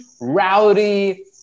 rowdy